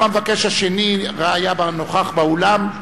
גם המבקש השני היה נוכח באולם,